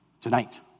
tonight